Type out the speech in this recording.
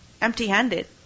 empty-handed